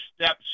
steps